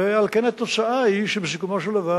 ועל כן התוצאה היא שבסיכומו של דבר,